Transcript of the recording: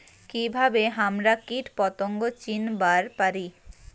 কিভাবে হামরা কীটপতঙ্গ চিনিবার পারি?